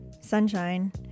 Sunshine